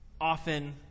often